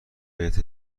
بهت